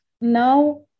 now